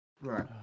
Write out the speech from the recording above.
Right